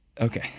Okay